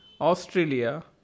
Australia